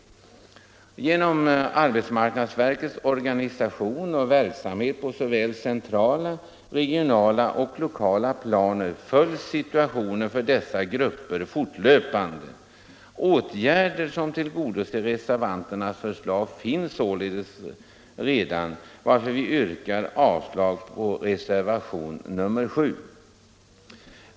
Genom arbetsmarknadsverkets organisation och verksamhet på centralt, regionalt och lokalt plan följs situationen för dessa grupper fortlöpande. Åtgärder som tillgodoser reservanternas förslag är således redan vidtagna.